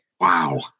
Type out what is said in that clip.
Wow